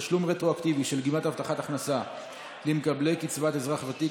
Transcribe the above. תשלום רטרואקטיבי של גמלת הבטחת הכנסה למקבלי קצבת אזרח ותיק),